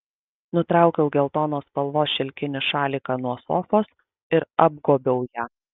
nutraukiau geltonos spalvos šilkinį šaliką nuo sofos ir apgobiau ją